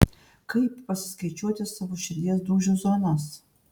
kaip pasiskaičiuoti savo širdies dūžių zonas